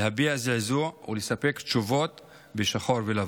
להביע זעזוע ולספק תשובות בשחור ולבן.